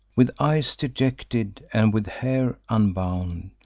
with eyes dejected, and with hair unbound.